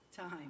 time